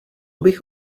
bych